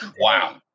wow